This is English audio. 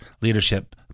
leadership